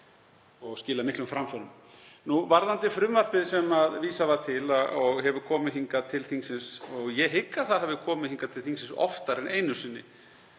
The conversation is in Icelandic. og skilað miklum framförum. Varðandi frumvarpið sem vísað var til og hefur komið hingað til þingsins þá hygg ég að það hafi komið hingað til þingsins oftar en einu sinni